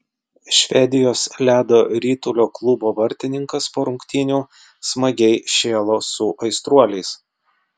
švedijos ledo ritulio klubo vartininkas po rungtynių smagiai šėlo su aistruoliais